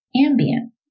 Ambient